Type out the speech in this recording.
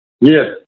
Yes